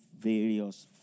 various